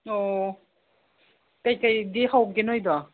ꯑꯣ ꯀꯩꯀꯩꯗꯤ ꯍꯧꯒꯦ ꯅꯣꯏꯗꯣ